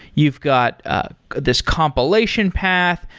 you've got this compilation path.